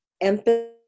empathy